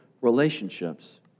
relationships